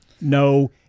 no